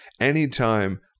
anytime